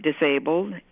disabled